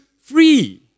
free